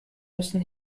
müssen